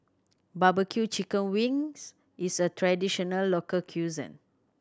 barbecue chicken wings is a traditional local cuisine